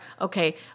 okay